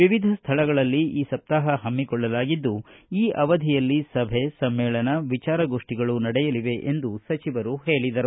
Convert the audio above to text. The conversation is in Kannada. ವಿವಿಧ ಸ್ಥಳಗಳಲ್ಲಿ ಈ ಸಪ್ತಾಹ ಹಮ್ಮಿಕೊಳ್ಳಲಾಗಿದ್ದು ಈ ಅವಧಿಯಲ್ಲಿ ಸಭೆ ಸಮ್ನೇಳನ ವಿಚಾರಗೋಷ್ಠಿಗಳು ನಡೆಯಲಿದೆ ಎಂದು ಸಚಿವರು ಹೇಳಿದರು